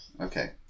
Okay